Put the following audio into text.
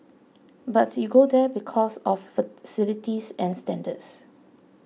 but you go there because of facilities and standards